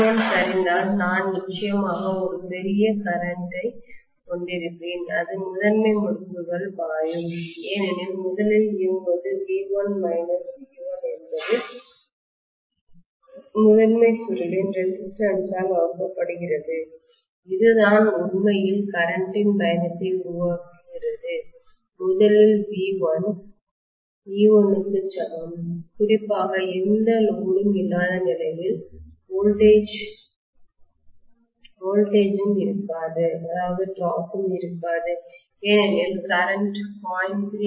e1 சரிந்தால் நான் நிச்சயமாக ஒரு பெரிய கரண்ட் ஐமின்னோட்டத்தைக் கொண்டிருப்பேன் அது முதன்மை முறுக்குக்குள் பாயும் ஏனெனில் முதலில் இயங்குவது V1 மைனஸ் e1 என்பது முதன்மை சுருளின் ரெசிஸ்டன்ஸ் ஆல் வகுக்கப்படுகிறது இதுதான் உண்மையில் கரண்ட் இன் பயணத்தை உருவாக்குகிறது முதலில் V1 e1 க்கு சமம் குறிப்பாக எந்த லோடும் இல்லாத நிலையில் வோல்டேஜ் ம்டிராப் ம் இருக்காது ஏனெனில் கரண்ட் 0